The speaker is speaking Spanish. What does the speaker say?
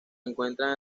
encuentran